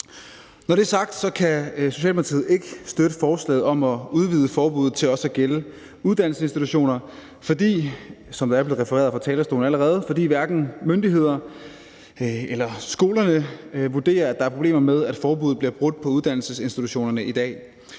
Når det er sagt, kan Socialdemokratiet ikke støtte forslaget om at udvide forbuddet til også at gælde uddannelsesinstitutioner, for som det er blevet påpeget fra talerstolen allerede, vurderer hverken myndighederne eller skolerne, at der i dag er problemer med, at forbuddet bliver brudt på uddannelsesinstitutionerne.